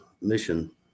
mission